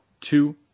two